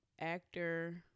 actor